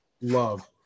love